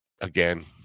Again